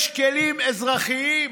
יש כלים אזרחיים.